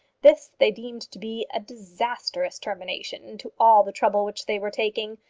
this they deemed to be a disastrous termination to all the trouble which they were taking,